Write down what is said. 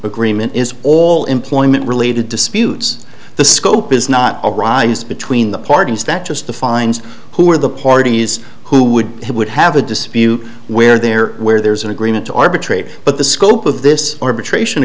agreement is all employment related disputes the scope is not arise between the parties that just the fines who are the parties who would he would have a dispute where there where there's an agreement to arbitrate but the scope of this arbitra